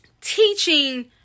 teaching